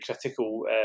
critical